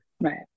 Right